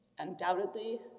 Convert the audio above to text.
Undoubtedly